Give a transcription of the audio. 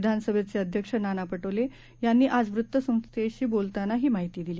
विधानसभेचे अध्यक्ष नाना पटोले यांनी आज वृत्तसंस्थेशी बोलताना ही माहिती दिली